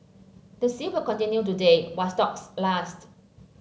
the sale will continue today while stocks last